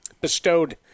bestowed